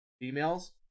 Females